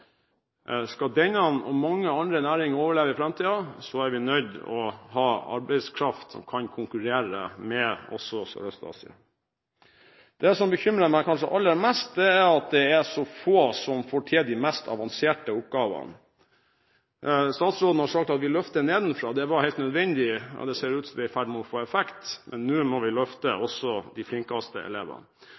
Skal denne og mange andre næringer overleve i framtiden, er vi nødt til å ha arbeidskraft som kan konkurrere også med Sørøst-Asia. Det som bekymrer meg kanskje aller mest, er at det er så få som får til de mest avanserte oppgavene. Statsråden har sagt at vi løfter nedenfra. Det var helt nødvendig, og det ser ut til at det er i ferd med å få effekt. Men nå må vi også løfte de flinkeste elevene.